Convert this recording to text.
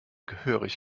gehörig